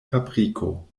fabriko